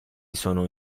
sono